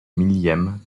millième